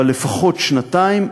אבל לפחות שנתיים,